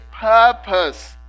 purpose